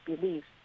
beliefs